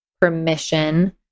permission